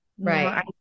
Right